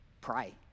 pray